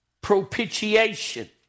propitiation